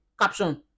caption